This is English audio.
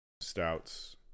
stouts